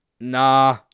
nah